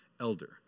elder